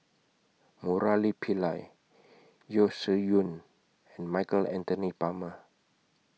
Murali Pillai Yeo Shih Yun and Michael Anthony Palmer